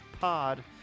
pod